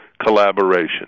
collaboration